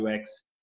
UX